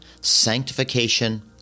sanctification